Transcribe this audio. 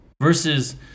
versus –